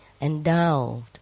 endowed